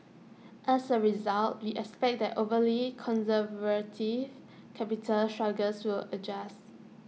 as A result we expect that overly conservative capital structures will adjusts